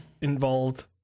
involved